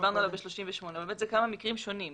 דיברנו בסעיף 38. אלה כמה מקרים שונים.